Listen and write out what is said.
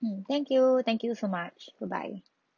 mm thank you thank you so much bye bye